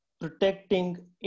protecting